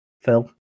Phil